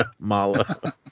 mala